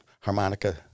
harmonica